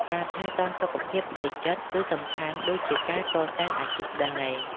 ការថែទាំសុខភាពផ្លូវចិត្ត គឺសំខាន់ដូចជាការកសាងអាជីពដែរ។